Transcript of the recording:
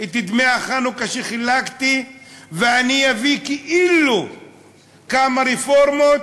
את דמי החנוכה שחילקתי ואני אביא כאילו כמה רפורמות,